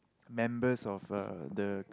members of uh the